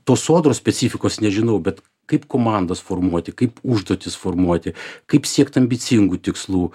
tos sodros specifikos nežinau bet kaip komandas formuoti kaip užduotis formuoti kaip siekti ambicingų tikslų